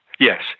Yes